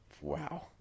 Wow